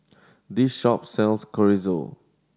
this shop sells Chorizo